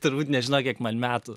turbūt nežino kiek man metų